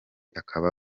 akaba